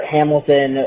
Hamilton